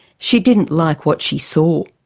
she didn't like what she saw.